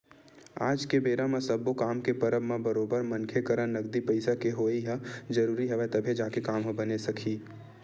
आज के बेरा म सब्बो काम के परब म बरोबर मनखे करा नगदी पइसा के होवई ह जरुरी हवय तभे जाके काम ह बने सकही